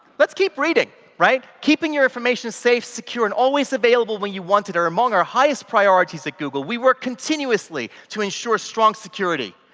let's keep reading. keeping your information safe, secure and always available when you want it are among our highest priorities at google. we work continuously to ensure strong security.